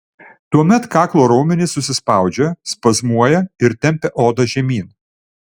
tuomet kaklo raumenys susispaudžia spazmuoja ir tempia odą žemyn